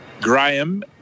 Graham